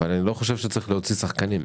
אבל אני חושב שלא צריך להוציא שחקנים.